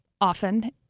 often